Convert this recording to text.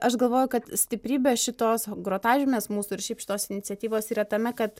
aš galvoju kad stiprybė šitos grotažymės mūsų ir šiaip šitos iniciatyvos yra tame kad